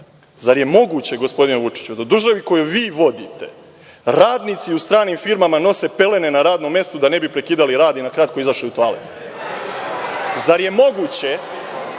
GMO.Zar je moguće, gospodine Vučiću, da u državi koju vi vodite, radnici u stranim firmama nose pelene na radnom mestu da ne bi prekidali rad i na kratko izašli u toalet? Zar je moguće